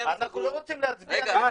אנחנו לא רוצים להצביע --- רגע,